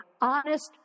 honest